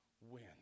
win